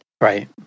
Right